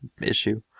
issue